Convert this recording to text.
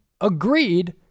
agreed